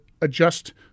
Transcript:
adjust